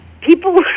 people